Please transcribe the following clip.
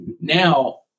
Now